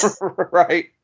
Right